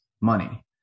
money